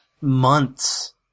months